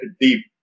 deep